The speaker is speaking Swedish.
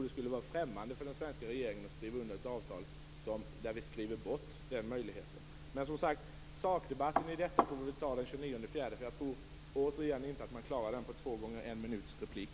Det skulle vara främmande för den svenska regeringen att skriva under ett avtal där vi skriver bort den möjligheten. Sakdebatten om detta får vi som sagt ta den 29 april. Jag tror inte att man klarar den på två gånger en minuts replik.